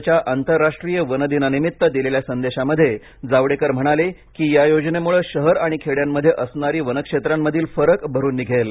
आजच्या आंतरराष्ट्रीय वन दिनानिमित्त दिलेल्या संदेशामध्ये जावडेकर म्हणाले की या योजनेमुळे शहर आणि खेड्यांमध्ये असणारी वनक्षेत्रांमधील फरक भरून निघेल